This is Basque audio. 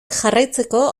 jarraitzeko